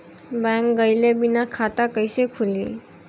Bank गइले बिना खाता कईसे खुली?